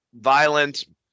violent